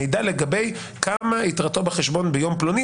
מידע לגבי כמה יתרתו בחשבון ביום פלוני,